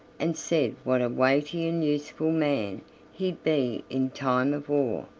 and said what a weighty and useful man he'd be in time of war,